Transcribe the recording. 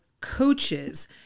coaches